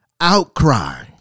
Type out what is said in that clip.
outcry